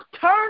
Turn